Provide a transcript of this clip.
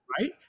Right